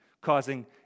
causing